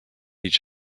each